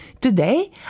Today